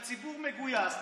כשהציבור מגויס,